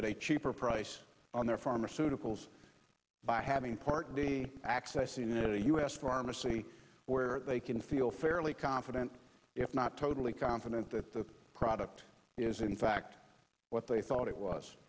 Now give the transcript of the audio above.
get a cheaper price on their pharmaceuticals by having part d access you know the u s pharmacy where they can feel fairly confident if not totally confident that the product is in fact what they thought it was